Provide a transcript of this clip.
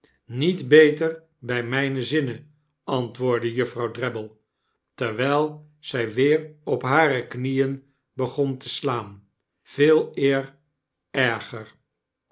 niet beter by myne zinnen antwoordde juffrouw drabble terwyl zy weer op hare knieen begon te slaan veeleer erger